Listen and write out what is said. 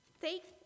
Take